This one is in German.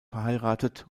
verheiratet